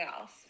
else